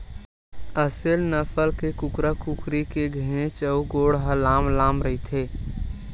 असेल नसल के कुकरा कुकरी के घेंच अउ गोड़ ह लांम लांम रहिथे